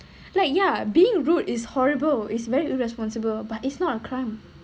like ya being rude is horrible is very irresponsible but it's not a crime